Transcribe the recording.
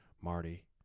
Marty